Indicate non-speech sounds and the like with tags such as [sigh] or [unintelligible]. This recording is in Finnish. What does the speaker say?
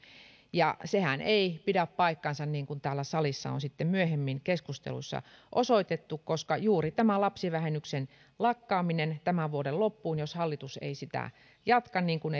ja sehän ei pidä paikkaansa niin kuin täällä salissa on sitten myöhemmin keskusteluissa osoitettu koska juuri tämä lapsivähennyksen lakkaaminen tämän vuoden loppuun jos hallitus ei sitä jatka niin kuin [unintelligible]